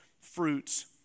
fruits